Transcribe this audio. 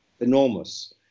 enormous